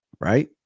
Right